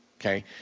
okay